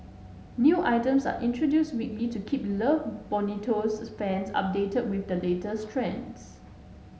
new items are introduced weekly to keep Love Bonito's fans updated with the latest trends